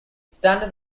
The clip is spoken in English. standard